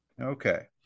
Okay